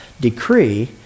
decree